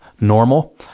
normal